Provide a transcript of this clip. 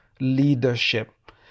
leadership